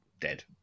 dead